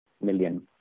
million